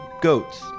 goats